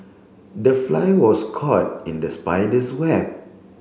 the fly was caught in the spider's web